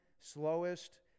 slowest